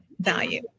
value